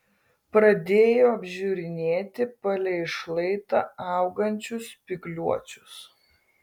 pradėjo apžiūrinėti palei šlaitą augančius spygliuočius